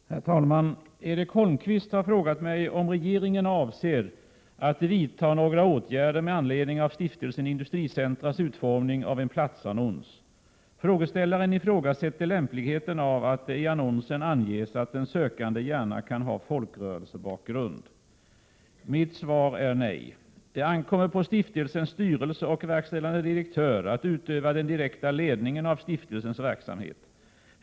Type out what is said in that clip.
Herr talman! Erik Holmkvist har frågat mig om regeringen avser att vidta några åtgärder med anledning av Stiftelsen Industricentras utformning av en platsannons. Frågeställaren ifrågasätter lämpligheten av att det i annonsen anges att den sökande gärna kan ha folkrörelsebakgrund. Mitt svar är nej. Det ankommer på stiftelsens styrelse och verkställande direktör att utöva den direkta ledningen av stiftelsens verksamhet.